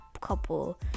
couple